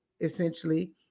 essentially